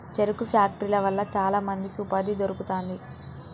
చెరుకు ఫ్యాక్టరీల వల్ల చాల మందికి ఉపాధి దొరుకుతాంది